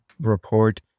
report